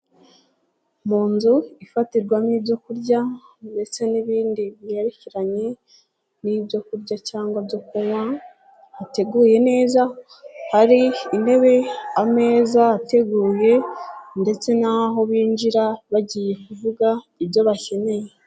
Mu nzu ifatirwamo ibyo kurya ndetse n'ibindi byerekeranye n'ibyokurya cyangwa byo kunywa, hateguye neza, hari intebe, ameza ateguye ndetse n'aho binjira bagiye kuvuga ibyo bakeneye.